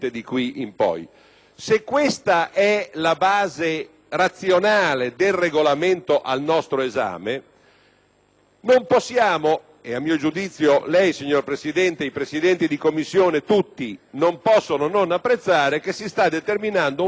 se questa è la base razionale del nostro Regolamento, non possiamo, e a mio giudizio lei, signor Presidente, ed i Presidenti di Commissione tutti non possono non apprezzare che si sta determinando un fenomeno